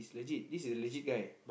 legit this is a legit guy